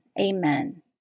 Amen